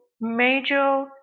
major